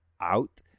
out